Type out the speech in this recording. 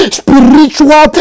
spiritual